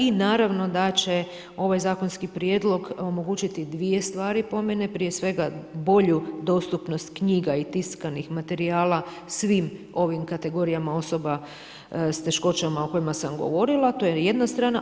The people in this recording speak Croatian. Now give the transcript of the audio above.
I naravno da će ovaj zakonski prijedlog omogućiti dvije stvari po meni, prije svega bolju dostupnost knjiga i tiskanih materijala svim ovim kategorijama osoba s teškoćama o kojima sam govorila, to je jedna strana.